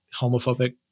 homophobic